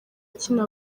akina